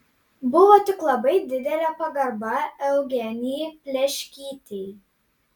buvo tik labai didelė pagarba eugenijai pleškytei